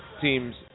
teams